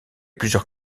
plusieurs